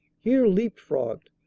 here leap-frogged,